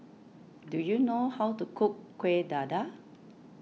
do you know how to cook Kuih Dadar